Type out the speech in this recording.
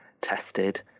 tested